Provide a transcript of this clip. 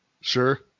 Sure